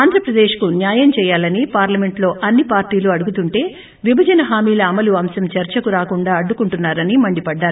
ఆంధ్రప్రదేశ్కు న్యాయం చేయాలని పార్లమెంట్లో అన్ని పార్టీలు అడుగుతుంటే విభజన హామీల అమలు అంశం చర్చకు రాకుండా అడ్డుకుంటున్నా రని మండిపడ్డారు